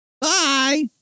Bye